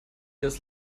das